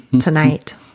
tonight